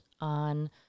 on